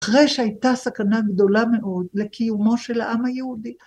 ‫אחרי שהייתה סכנה גדולה מאוד ‫לקיומו של העם היהודי.